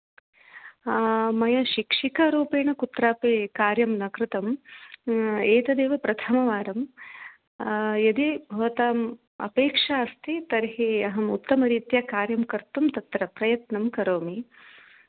मया शिक्षिकारूपेण कुत्रापि कार्यं न कृतं एतदेव प्रथमवारं यदि भवताम् अपेक्षा अस्ति तर्हि अहम् उत्तमरीत्या कार्यं कर्तुं तत्र प्रयत्नं करोमि